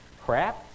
crap